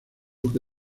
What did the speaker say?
que